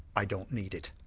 i don't need it.